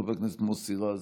חבר הכנסת מוסי רז,